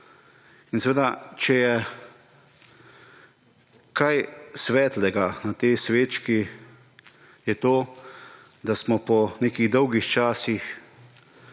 in seveda, če je kaj svetlega na tej svečki, je to, da smo po nekih dolgih časi,